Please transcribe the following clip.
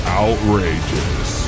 outrageous